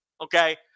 Okay